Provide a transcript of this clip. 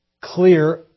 clear